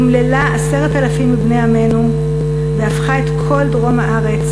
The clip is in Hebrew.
אמללה 10,000 מבני עמנו והפכה את כל דרום הארץ,